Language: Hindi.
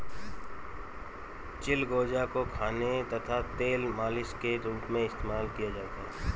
चिलगोजा को खाने तथा तेल मालिश के रूप में इस्तेमाल किया जाता है